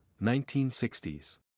1960s